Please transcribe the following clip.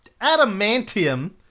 Adamantium